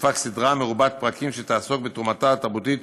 תופק סדרה מרובת פרקים שתעסוק בתרומתה התרבותית